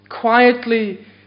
quietly